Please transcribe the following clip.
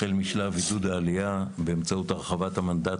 החל משלב עידוד העלייה באמצעות הרחבת המנדט